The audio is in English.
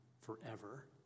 forever